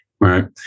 right